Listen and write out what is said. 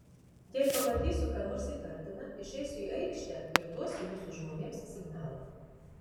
jei pamatysiu ką nors įtartina išeisiu į aikštę ir duosiu jūsų žmonėms signalą